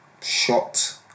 shot